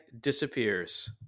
disappears